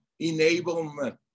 enablement